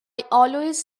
always